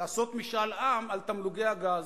לעשות משאל עם על תמלוגי הגז.